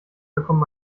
bekommt